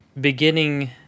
beginning